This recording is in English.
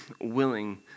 willing